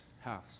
house